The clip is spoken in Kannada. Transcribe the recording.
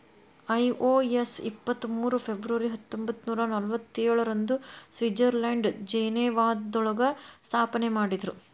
ಐ.ಒ.ಎಸ್ ಇಪ್ಪತ್ ಮೂರು ಫೆಬ್ರವರಿ ಹತ್ತೊಂಬತ್ನೂರಾ ನಲ್ವತ್ತೇಳ ರಂದು ಸ್ವಿಟ್ಜರ್ಲೆಂಡ್ನ ಜಿನೇವಾದೊಳಗ ಸ್ಥಾಪನೆಮಾಡಿದ್ರು